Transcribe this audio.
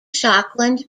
schokland